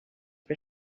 for